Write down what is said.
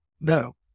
no